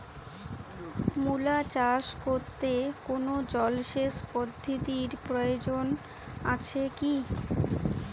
মূলা চাষ করতে কোনো জলসেচ পদ্ধতির প্রয়োজন আছে কী?